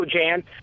Jan